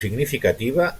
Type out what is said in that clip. significativa